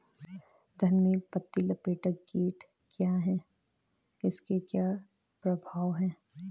धान में पत्ती लपेटक कीट क्या है इसके क्या प्रभाव हैं?